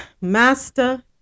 Master